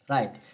Right